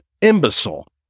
imbecile